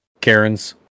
Karen's